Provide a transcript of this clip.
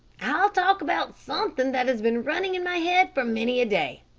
i'll talk about something that has been running in my head for many a day.